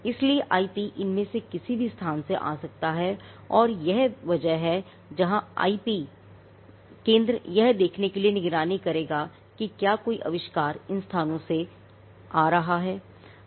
इसलिए आईपी इनमें से किसी भी स्थान से आ सकता है और यह वह जगह है जहां आईपी केंद्र यह देखने के लिए निगरानी करेगा कि क्या कोई आविष्कार इन स्थानों से बाहर आ रहा है